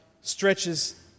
stretches